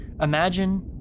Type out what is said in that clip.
imagine